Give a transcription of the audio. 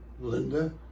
Linda